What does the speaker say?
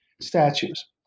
statues